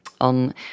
On